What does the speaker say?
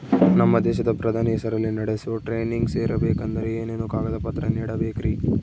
ನಮ್ಮ ದೇಶದ ಪ್ರಧಾನಿ ಹೆಸರಲ್ಲಿ ನಡೆಸೋ ಟ್ರೈನಿಂಗ್ ಸೇರಬೇಕಂದರೆ ಏನೇನು ಕಾಗದ ಪತ್ರ ನೇಡಬೇಕ್ರಿ?